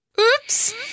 Oops